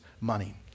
money